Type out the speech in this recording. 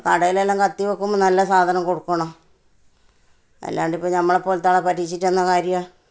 കടയിലെല്ലാം കത്തി വയ്ക്കുമ്പോൾ നല്ല സാധനം കൊടുക്കണം അല്ലാണ്ടിപ്പോൾ ഞമ്മളെ പോലത്തെ ആളെ പറ്റിച്ചിട്ടെന്താണ് കാര്യം